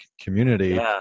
community